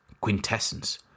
Quintessence